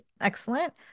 excellent